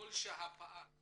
ככל שהפער